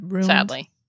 Sadly